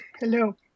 Hello